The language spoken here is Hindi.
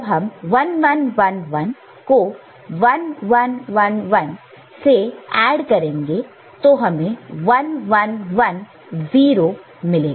अब जब हम 1 1 1 1 और 1 1 1 1 को ऐड करेंगे तो हमें 1 1 1 0 मिलेगा